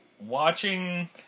watching